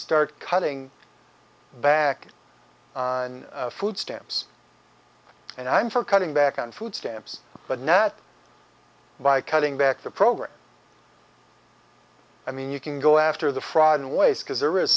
start cutting back on food stamps and i'm for cutting back on food stamps but now that by cutting back the program i mean you can go after the fraud and waste because there is